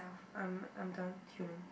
I'm I'm done chilling